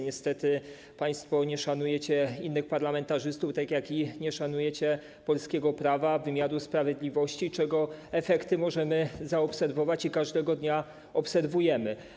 Niestety państwo nie szanujecie innych parlamentarzystów, tak jak i nie szanujecie polskiego prawa, wymiaru sprawiedliwości, czego efekty możemy zaobserwować i każdego dnia obserwujemy.